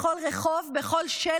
בכל רחוב,